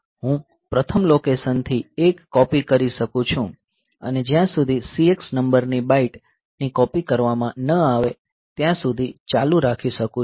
હું પ્રથમ લોકેશન થી એક કોપી કરી શકું છું અને જ્યાં સુધી CX નંબરની બાઇટ ની કોપી કરવામાં ન આવે ત્યાં સુધી ચાલુ રાખી શકું છું